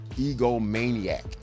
egomaniac